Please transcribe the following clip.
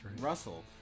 Russell